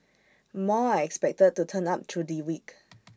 more are expected to turn up through the week